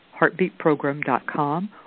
heartbeatprogram.com